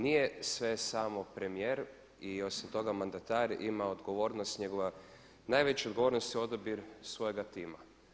Nije sve samo premijer i osim toga mandatar ima odgovornost, njegova najveća odgovornost je odabir svojega tima.